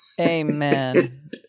Amen